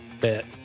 Bet